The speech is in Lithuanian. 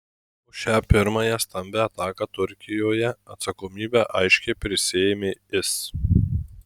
už šią pirmąją stambią ataką turkijoje atsakomybę aiškiai prisiėmė is